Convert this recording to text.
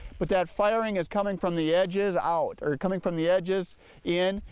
but that firing is coming from the edges out, or coming from the edges in.